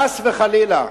חס וחלילה,